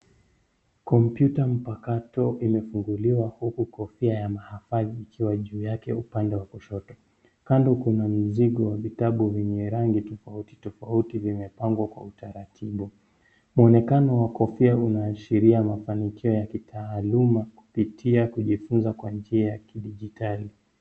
Kompyuta mpakato imefunguliwa huku kofia ya mahafali ikiwa juu yake upande wa kushoto. Kando kuna mizigo wa vitabu vyenye rangi tofauti tofauti vimepangwa kwa utaratibu. Muonekano wa kofia una ashiria mafanikio ya kitaaluma kupitia kujifunza kwa njia ya kidijitali.